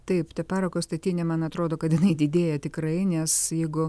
taip ta parako statinė man atrodo kad jinai didėja tikrai nes jeigu